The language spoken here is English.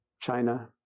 China